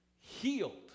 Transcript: healed